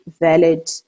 valid